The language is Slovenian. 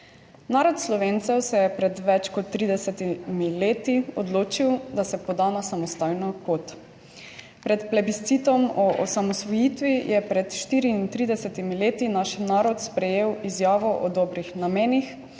Narod Slovencev se je pred več kot 30 leti odločil, da se poda na samostojno pot. Pred plebiscitom o osamosvojitvi je pred 34 leti naš narod sprejel Izjavo o dobrih namenih,